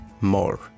more